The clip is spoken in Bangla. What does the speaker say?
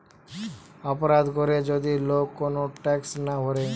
অপরাধ করে যদি লোক কেউ ট্যাক্স না ভোরে